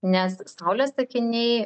nes saulės akiniai